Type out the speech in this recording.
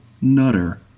nutter